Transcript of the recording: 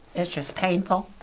it's just painful.